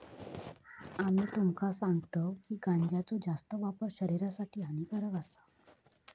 आम्ही तुमका सांगतव की गांजाचो जास्त वापर शरीरासाठी हानिकारक आसा